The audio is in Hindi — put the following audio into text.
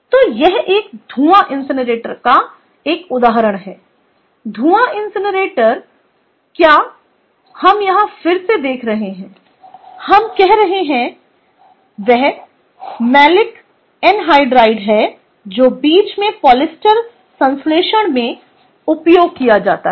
तो यह एक धूआं इनसिनरेटर का एक उदाहरण है धूआं इनसिनरेटर क्या हम यहाँ फिर से देख रहे हैं हम कह रहे हैं वह मैलिक एनहाइड्राइड है जो बीच में पॉलिएस्टर संश्लेषण में उपयोग किया जाता है